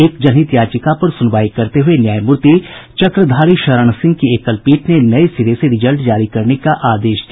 एक जनहित याचिका पर सुनवाई करते हुये न्यायमूर्ति चक्रधारी शरण सिंह की एकल पीठ ने नये सिरे से रिजल्ट जारी करने का आदेश दिया